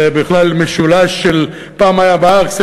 זה בכלל משולש שפעם היה מרקס,